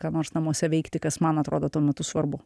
ką nors namuose veikti kas man atrodo tuo metu svarbu